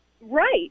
right